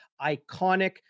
iconic